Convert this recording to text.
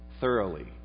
thoroughly